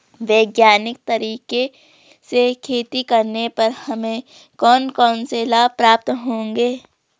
वैज्ञानिक तरीके से खेती करने पर हमें कौन कौन से लाभ प्राप्त होंगे?